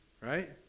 right